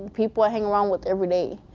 people i hang around with every day.